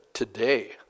today